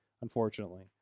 unfortunately